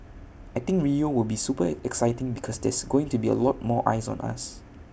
I think Rio will be super exciting because there's going to be A lot more eyes on us